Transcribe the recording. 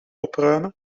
opruimen